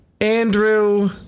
Andrew